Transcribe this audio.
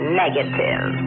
negative